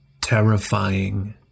terrifying